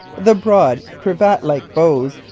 the broad, cravat-like bows,